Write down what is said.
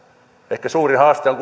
ehkä suurin haaste on